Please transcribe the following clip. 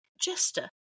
Jester